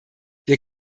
wir